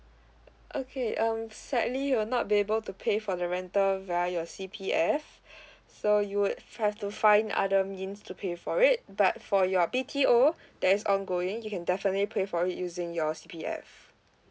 okay um sadly you're not be able to pay for the rental via your C_P_F so you would try to find other means to pay for it but for your B_T_O there is ongoing you can definitely pay for it using your C_P_F